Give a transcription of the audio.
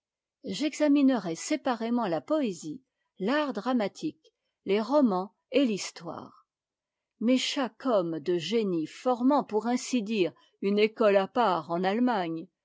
j'examinerai séparément la poésie l'art dramatique les romans et l'histoire mais chaque hommè de génie formant pour ainsi dire une école à part en allemagne